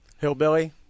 Hillbilly